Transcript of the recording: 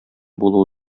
булуы